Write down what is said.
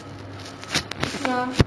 ya